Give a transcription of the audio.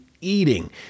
eating